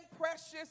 precious